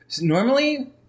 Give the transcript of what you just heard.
Normally